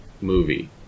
movie